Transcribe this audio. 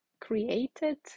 created